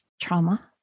trauma